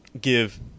give